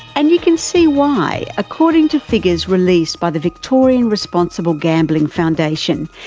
and you can see why according to figures released by the victorian responsible gambling foundation,